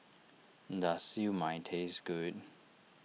does Siew Mai taste good